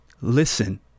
listen